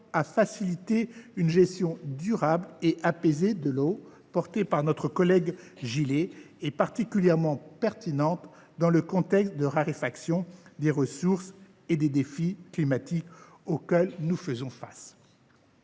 à faciliter une gestion durable et apaisée de l’eau, portée par notre collègue Hervé Gillé, est particulièrement pertinente dans le contexte de raréfaction des ressources et des défis climatiques auxquels nous faisons face.